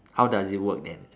how does it work then